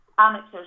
amateurs